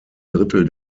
drittel